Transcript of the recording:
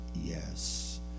yes